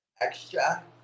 extra